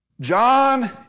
John